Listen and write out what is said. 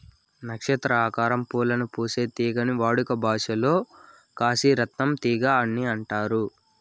నక్షత్ర ఆకారం పూలను పూసే తీగని వాడుక భాషలో కాశీ రత్నం తీగ అని అంటారు